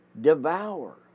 devour